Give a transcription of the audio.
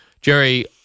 Jerry